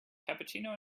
cappuccino